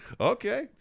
Okay